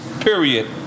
period